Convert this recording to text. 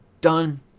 done